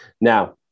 Now